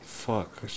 fuck